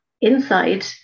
inside